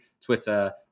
Twitter